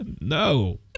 No